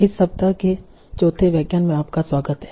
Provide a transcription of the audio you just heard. इस सप्ताह के चौथे व्याख्यान में आपका स्वागत है